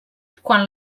quan